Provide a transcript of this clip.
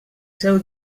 seu